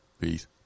Peace